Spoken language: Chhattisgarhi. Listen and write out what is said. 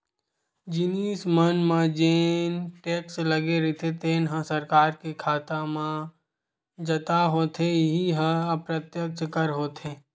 जिनिस मन म जेन टेक्स लगे रहिथे तेन ह सरकार के खाता म जता होथे इहीं ह अप्रत्यक्छ कर होथे